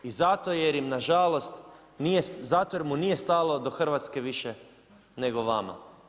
I zato jer im na žalost nije, zato jer mu nije stalo do Hrvatske više nego vama.